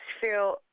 feel